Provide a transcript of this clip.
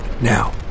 Now